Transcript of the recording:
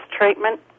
treatment